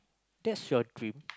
that's your dream